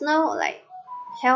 now like health